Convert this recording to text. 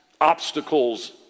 obstacles